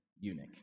eunuch